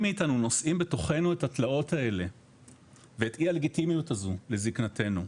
מאיתנו נשואים בתוכנו את התלאות האלה ואתה אי הלגיטימיות הזו בזקנתנו.